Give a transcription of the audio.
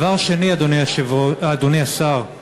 דבר שני, אדוני השר,